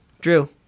Drew